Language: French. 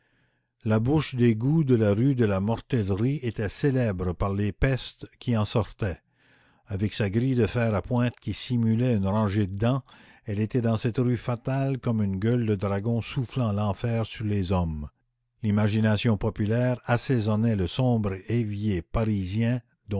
la bouche d'égout de la rue de la mortellerie était célèbre par les pestes qui en sortaient avec sa grille de fer à pointes qui simulait une rangée de dents elle était dans cette rue fatale comme une gueule de dragon soufflant l'enfer sur les hommes l'imagination populaire assaisonnait le sombre évier parisien